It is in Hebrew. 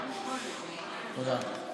תודה.